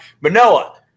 Manoa